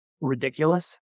ridiculous